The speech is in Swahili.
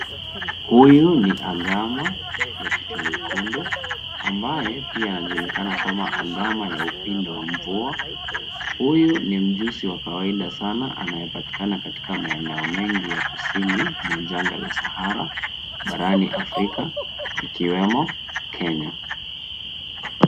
Huyu ni agama ya kichwa nyekundu ambaye pia anajulikana kama agama ya upinde wa mvua huyu ni mjusi wa kawaida sana anayepatikana katika maeneo mengi ya kusini mwa janga la Sahara barani afrika ikiwemo kenya